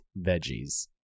Veggies